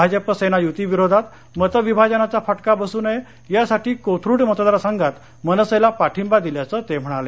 भाजप सेना युतीविरोधात मतविभाजनाचा फटका बसू नये यासाठी कोथरुड मतदार संघात मनसेला पाठिंबा दिल्याचं ते म्हणाले